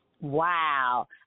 Wow